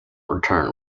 return